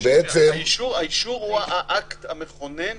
האישור הוא האקט המכונן.